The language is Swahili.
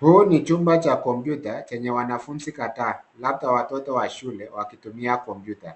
Huu ni chumba cha kompyuta chenye wanafunzi kadha, labda watoto wa shule wakitumia kompyuta.